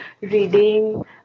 reading